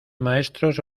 maestros